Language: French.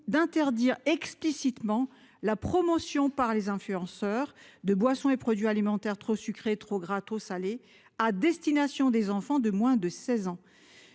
à interdire explicitement la promotion par les influenceurs de boissons et produits alimentaires trop sucrés, trop gras ou trop salés à destination des enfants de moins de 16 ans.